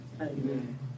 Amen